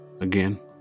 Again